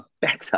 better